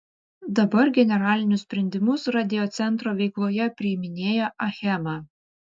dabar generalinius sprendimus radiocentro veikloje priiminėja achema